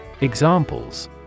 Examples